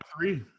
three